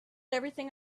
everything